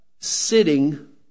sitting